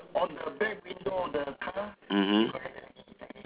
mmhmm